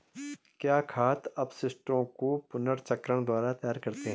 क्या खाद अपशिष्टों को पुनर्चक्रण द्वारा तैयार करते हैं?